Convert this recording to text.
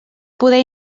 poder